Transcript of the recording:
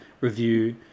review